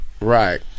Right